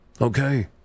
okay